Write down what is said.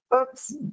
Oops